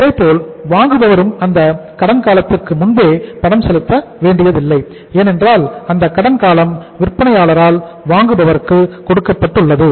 இதேபோல் வாங்குபவரும் அந்த கடன் காலத்திற்கு முன்பே பணம் செலுத்த வேண்டியதில்லை ஏனென்றால் அந்த கடன் காலம் விற்பனையாளரால் வாங்குபவருக்கு கொடுக்கப்பட்டுள்ளது